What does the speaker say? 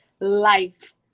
life